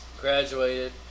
graduated